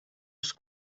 els